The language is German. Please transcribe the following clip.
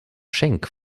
schenk